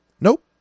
Nope